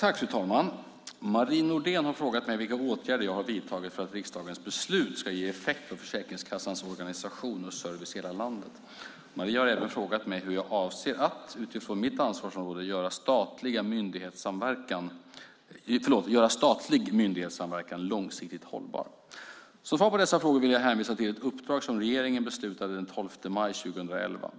Fru talman! Marie Nordén har frågat mig vilka åtgärder jag har vidtagit för att riksdagens beslut ska ge effekt på Försäkringskassans organisation och service i hela landet. Marie har även frågat mig hur jag avser att - utifrån mitt ansvarsområde - göra statlig myndighetssamverkan långsiktigt hållbar. Som svar på dessa frågor vill jag hänvisa till ett uppdrag som regeringen beslutade den 12 maj 2011, S2011 SF.